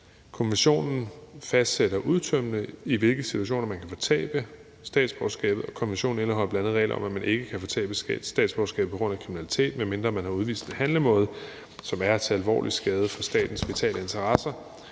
Konventionen fastsætter udtømmende, i hvilke situationer man kan fortabe statsborgerskabet. Konventionen indeholder bl.a. regler om, at man ikke kan fortabe statsborgerskab på grund af kriminalitet, medmindre man har udvist en handlemåde, som er til alvorlig skade for statens vitale interesser.